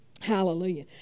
Hallelujah